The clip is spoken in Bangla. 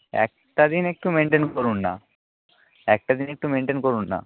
একটা দিন একটু মেনটেন করুন না একটা দিন একটু মেনটেন করুন না